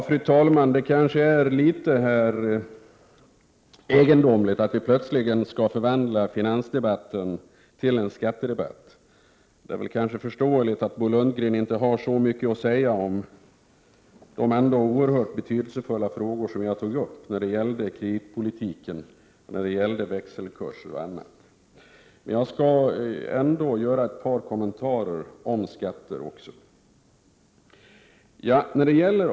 Fru talman! Det är litet egendomligt att vi plötsligt skall förvandla finansdebatten till en skattedebatt. Det är kanske förståeligt att Bo Lundgren inte har så mycket att säga om de oerhört betydelsefulla frågor som jag tog upp när det gällde kreditpolitiken, växelkurser och annat. Men jag skall ändå göra ett par kommentarer även om skatter.